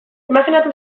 imajinatu